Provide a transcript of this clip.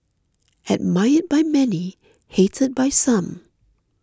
admired by many hated by some